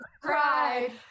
cried